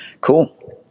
Cool